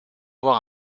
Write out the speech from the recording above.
avoir